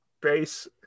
base